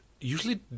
usually